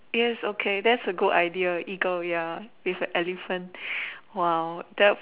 yes okay that's a good idea eagle ya it's a elephant !wow!